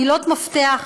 -- מילות מפתח,